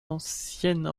ancienne